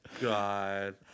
God